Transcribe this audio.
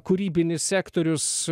kūrybinis sektorius